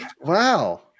Wow